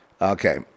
Okay